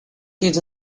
kids